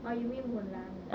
orh you mean mulan ah